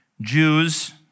Jews